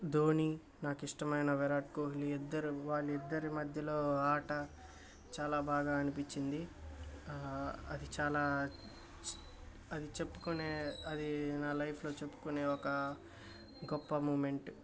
ధోనీ నాకు ఇష్టమైన విరాట్ కోహ్లీ ఇద్దరు వాళ్ళిద్దరి మధ్యలో ఆట చాలా బాగా అనిపిచ్చింది అది చాలా అది చెప్పుకునే అది నా లైఫ్లో చెప్పుకునే ఒక గొప్ప మూమెంట్